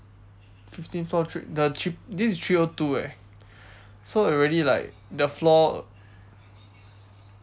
fifteen floor three the cheap~ this is three O two eh so already like the floor